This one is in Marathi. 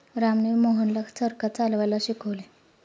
रामने मोहनला चरखा चालवायला शिकवले